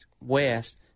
west